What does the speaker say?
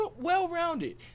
well-rounded